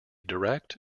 direct